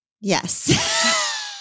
Yes